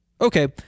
Okay